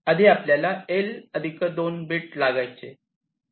आधी आपल्याला L 2 beat लागायचे